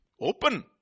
open